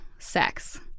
Sex